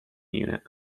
unit